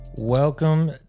Welcome